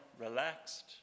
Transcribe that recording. relaxed